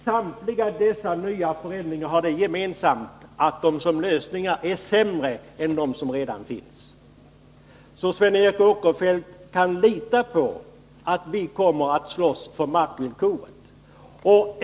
Samtliga de föreslagna förändringarna har det gemensamt att de som lösningar är sämre än de som redan finns. Sven Eric Åkerfeldt kan lita på att vi kommer att slåss för markvillkoret.